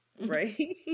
Right